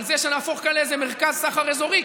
על זה שנהפוך כאן לאיזה מרכז סחר אזורי,